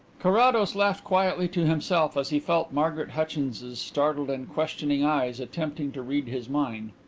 carrados laughed quietly to himself as he felt margaret hutchins's startled and questioning eyes attempting to read his mind.